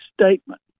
statement